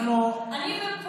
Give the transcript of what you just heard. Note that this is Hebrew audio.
אני אבדוק